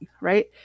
Right